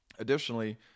Additionally